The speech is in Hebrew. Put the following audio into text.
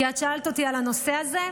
כי את שאלת אותי על הנושא הזה.